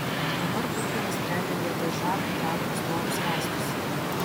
dabar turkai nusprendė vietoj žabų traukti storus rąstus